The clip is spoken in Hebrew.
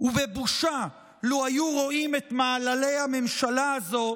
ובבושה לו היו רואים את מעללי הממשלה הזו,